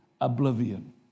oblivion